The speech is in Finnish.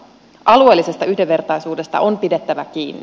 alueellisesta yhdenvertaisuudesta on pidettävä kiinni